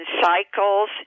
cycles